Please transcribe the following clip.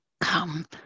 come